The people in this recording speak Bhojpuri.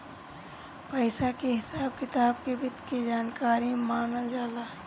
पइसा के हिसाब किताब के वित्त के जानकारी मानल जाला